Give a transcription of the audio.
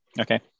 Okay